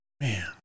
Man